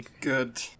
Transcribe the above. good